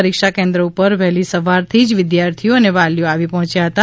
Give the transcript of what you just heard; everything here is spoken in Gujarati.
પરીક્ષા કેન્દ્રો ઉપર વહેલી સવારથીજ વિદ્યાર્થીઓ અને વાલીઓ આવી પહોંચ્યા હતા